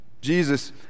Jesus